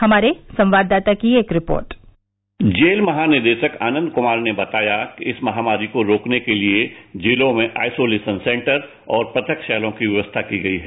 हमारे संवाददाता की एक रिपोर्ट जेल महानिदेशक आनंद कुमार ने बताया कि इस महामारी को रोकने के लिए जिलों में आइसोलेशन सेंटर और प्रथक शैलों की व्यवस्था की गई है